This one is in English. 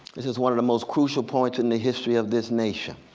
this is one of the most crucial points in the history of this nation.